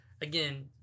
again